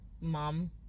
mom